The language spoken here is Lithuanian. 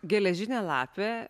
geležinė lapė